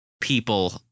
people